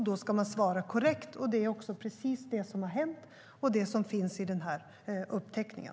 Då ska man svara korrekt, och det är också precis det som har hänt och som finns i den här uppteckningen.